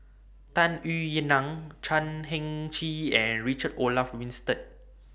Tung Yue Nang Chan Heng Chee and Richard Olaf Winstedt